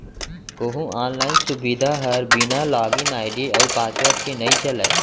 कोहूँ आनलाइन सुबिधा हर बिना लॉगिन आईडी अउ पासवर्ड के नइ चलय